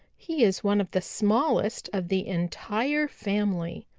he is one of the smallest of the entire family.